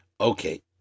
Okay